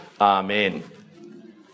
Amen